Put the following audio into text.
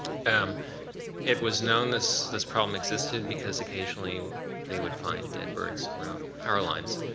um it was known this this problem existed because occasionally they would find dead birds around power lines.